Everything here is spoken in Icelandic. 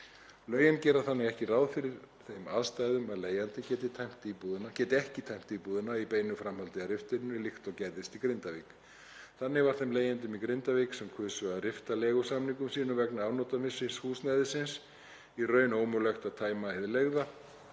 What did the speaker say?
Lögin gera þannig ekki ráð fyrir þeim aðstæðum að leigjandi geti ekki tæmt íbúðina í beinu framhaldi af riftuninni, líkt og gerðist í Grindavík. Þannig var þeim leigjendum í Grindavík sem kusu að rifta leigusamningum sínum vegna afnotamissis húsnæðisins í raun ómögulegt að tæma hið leigða